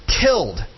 killed